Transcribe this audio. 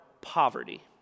poverty